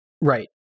Right